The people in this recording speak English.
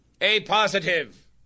A-positive